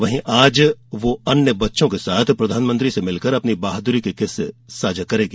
वहीं आज वह अन्य बच्चों के साथ प्रधानमंत्री से मिलकर अपनी बहादुरी के किस्से साझा करेंगी